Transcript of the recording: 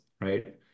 right